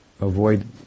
avoid